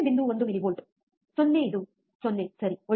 1 millivolt 0 ಇದು 0 ಸರಿ ಒಳ್ಳೆಯದು